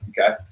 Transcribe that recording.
Okay